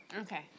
Okay